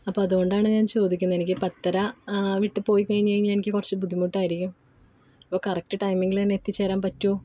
അപ്പം അതുകൊണ്ടാണ് ഞാന് ചോദിക്കുന്നത് എനിക്ക് പത്തര വിട്ട് പോയി കഴിഞ്ഞു കഴിഞ്ഞാൽ എനിക്ക് കുറച്ച് ബുദ്ധിമുട്ടായിരിക്കും അപ്പോൾ കറക്ട് ടൈമിങ്ങിൽ തന്നെ എത്തിച്ചേരാന് പറ്റുമോ